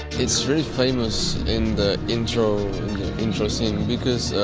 it's really famous in the intro intro scene, because